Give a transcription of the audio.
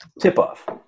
Tip-off